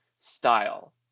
style